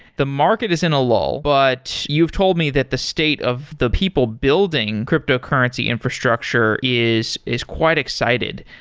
the market is in a lull, but you've told me that the state of the people building cryptocurrency infrastructure is is quite excited.